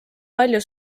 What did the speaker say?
palju